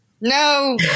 No